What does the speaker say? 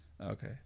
okay